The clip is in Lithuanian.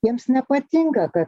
jiems nepatinka kad